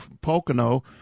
Pocono